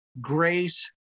grace